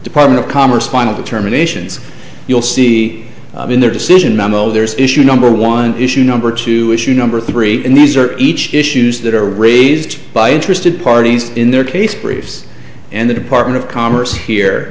department of commerce final determinations you'll see in their decision memo there's issue number one issue number two issue number three in these are each issues that are raised by interested parties in their case briefs and the department of commerce here